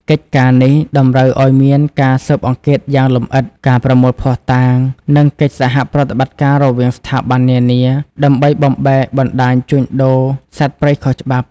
កិច្ចការនេះតម្រូវឲ្យមានការស៊ើបអង្កេតយ៉ាងលម្អិត ការប្រមូលភស្តុតាង និងកិច្ចសហប្រតិបត្តិការរវាងស្ថាប័ននានា ដើម្បីបំបែកបណ្ដាញជួញដូរសត្វព្រៃខុសច្បាប់។